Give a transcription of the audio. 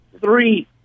three